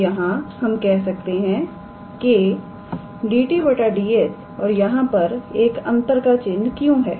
तोयहां पर हम कह सकते हैं कि 𝑑𝑡̂ 𝑑𝑠 और यहां पर एक अंतर का चिन्ह क्यों है